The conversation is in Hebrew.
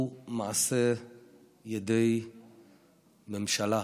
הוא מעשה ידי ממשלה.